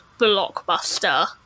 blockbuster